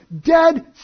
dead